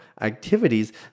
activities